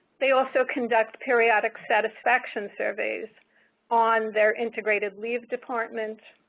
they also conduct periodic satisfaction surveys on their integrated leave departments,